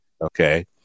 Okay